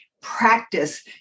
practice